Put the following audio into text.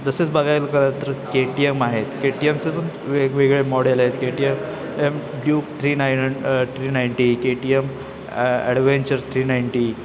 तसेच बघायला करा तर के टी एम आहेत के टी एम चं पण वेगवेगळे मॉडेल आहेत K T M M Duke three ninety थ्री नाईंटी K T M uh adventure three ninety